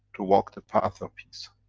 to walk to path of peace.